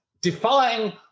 Defying